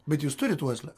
bet jūs turit uoslę